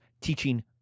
teaching